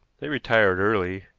they retired early,